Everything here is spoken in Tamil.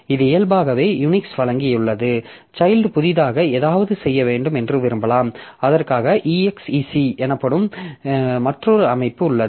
இது இயல்பாகவே யுனிக்ஸ் வழங்கியது சைல்ட் புதிதாக ஏதாவது செய்ய வேண்டும் என்று விரும்பலாம் அதற்காக exec எனப்படும் மற்றொரு அமைப்பு உள்ளது